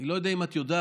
אני לא יודע אם את יודעת,